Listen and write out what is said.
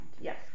yes